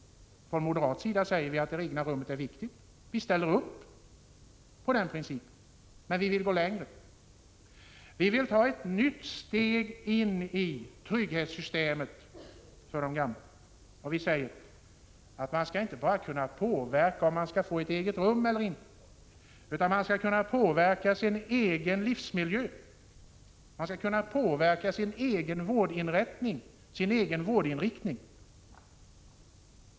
Från moderat sida säger vi att det egna rummet är viktigt och att vi ställer upp bakom den principen, men vi vill gå längre. Vi vill ta ett nytt steg in i trygghetssystemet för de gamla, och vi säger att man inte bara skall kunna påverka situationen när det gäller att få ett eget rum eller inte, utan man skall kunna påverka sin egen livsmiljö, sin egen vårdinriktning.